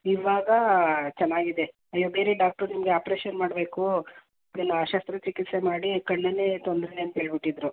ಇವಾಗ ಚೆನ್ನಾಗಿದೆ ಅಯ್ಯೋ ಬೇರೆ ಡಾಕ್ಟ್ರು ನಿಮಗೆ ಆಪ್ರೇಷನ್ ಮಾಡ್ಬೇಕು ಎಲ್ಲ ಶಸ್ತ್ರ ಚಿಕಿತ್ಸೆ ಮಾಡಿ ಕಣ್ಣನ್ನೇ ತೊಂದರೆ ಅಂತ ಹೇಳ್ಬುಟಿದ್ರು